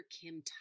Kim